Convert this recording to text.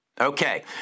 Okay